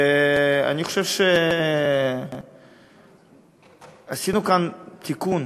אני חושב שעשינו כאן תיקון,